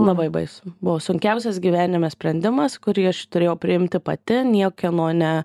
labai baisu buvo sunkiausias gyvenime sprendimas kurį aš turėjau priimti pati niekieno ne